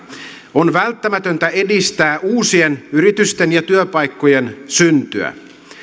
on välttämätöntä edistää uusien yritysten ja työpaikkojen syntyä